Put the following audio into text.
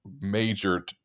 major